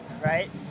right